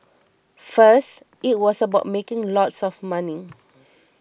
first it was about making lots of money